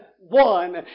one